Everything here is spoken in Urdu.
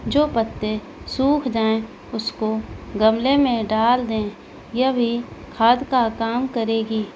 جو پتے سوکھ جائیں اس کو گملے میں ڈال دیں یہ بھی کھاد کا کام کرے گی